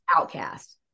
outcast